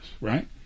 right